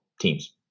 teams